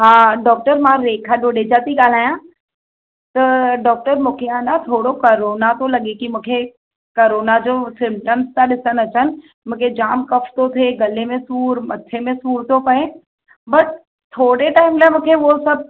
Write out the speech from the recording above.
हा डॉक्टर मां रेखा डुडेजा थी ॻाल्हायां त डॉक्टर मूंखे आहे न थोरो कोरोना थो लॻे की मूंखे कोरोना जो सिम्पटम्स था ॾिसण अचनि मूंखे जाम कफ थो थिए गले में सूर मथे में सूर थो पए बसि थोरे टाईम लाइ मूंखे उहे सभु